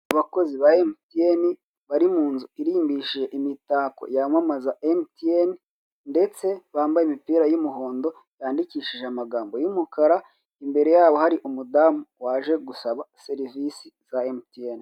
Abakozi ya emutiyeni bari mu nzu irimbishije imitako yamamaza emutiyeni ndetse bambaye imipira y'umuhondo yandikishije amagambo y'umukara, imbere yabo hari umudamu waje gusaba serivisi za emutiyeni.